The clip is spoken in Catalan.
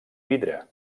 vidre